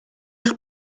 eich